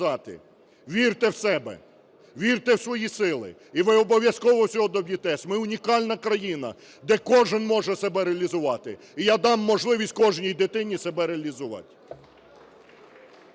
вірте в себе, вірте в свої сили і ви обов'язково всього доб'єтеся. Ми унікальна країна, де кожен може себе реалізувати, і я дам можливість кожній дитині себе реалізувати.